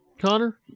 Connor